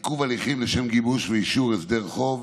(עיכוב הליכים לשם גיבוש ואישור הסדר חוב),